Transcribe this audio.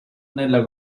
nella